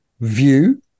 view